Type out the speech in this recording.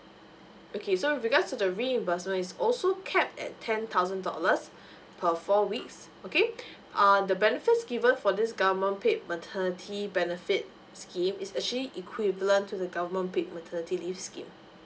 okay so with regard to the reimbursement it's also cap at ten thousand dollars per four weeks okay err the benefit given for this government paid maternity benefits scheme is actually equivalent to the government paid maternity leave scheme